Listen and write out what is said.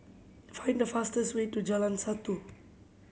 find the fastest way to Jalan Satu